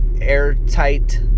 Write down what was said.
airtight